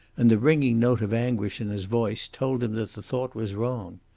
and the ringing note of anguish in his voice, told him that the thought was wrong.